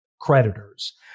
creditors